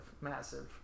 Massive